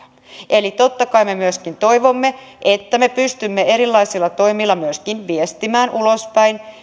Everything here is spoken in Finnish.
eli totta kai me toivomme että me pystymme erilaisilla toimilla myöskin viestimään ulospäin